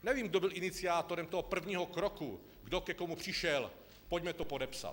Nevím, kdo byl iniciátorem toho prvního kroku, kdo ke komu přišel, pojďme to podepsat.